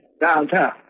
downtown